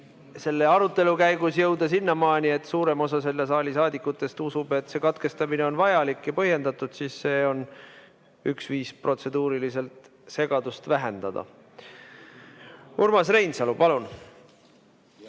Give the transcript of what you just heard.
selle arutelu käigus jõuda sinnamaani, et suurem osa selle saali saadikutest usub, et see katkestamine on vajalik ja põhjendatud, siis see on üks viis protseduuriliselt segadust vähendada. Urmas Reinsalu, palun!